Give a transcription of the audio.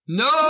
no